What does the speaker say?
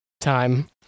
time